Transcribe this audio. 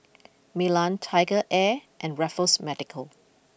Milan TigerAir and Raffles Medical